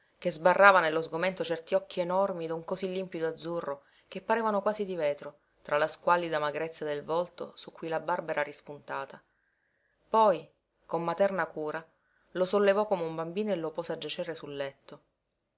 che sbarrava nello sgomento certi occhi enormi d'un cosí limpido azzurro che parevano quasi di vetro tra la squallida magrezza del volto su cui la barba era rispuntata poi con materna cura lo sollevò come un bambino e lo pose a giacere sul letto